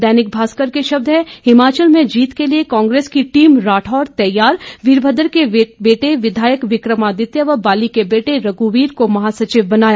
दैनिक भास्कर के शब्द हैं हिमाचल में जीत के लिए कांग्रेस की टीम राठौर तैयार वीरभद्र के बेटे विधायक विकमादित्य व बाली के बेटे रघ्रवीर को महासचिव बनाया